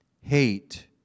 hate